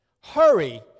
hurry